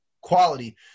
quality